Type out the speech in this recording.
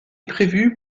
prévue